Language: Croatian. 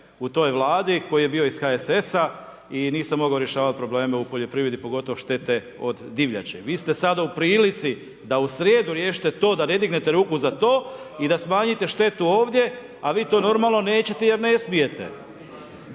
u toj Vladi koji je bio iz HSS-a, i nisam mogao rješavati probleme u poljoprivredi, pogotovo štete od divljači. Vi ste sad u prilici da u srijedu rješite to da ne dignete ruku za to i da smanjite štetu ovdje, a vi to normalno nećete, jer ne smijete.